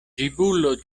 ĝibulo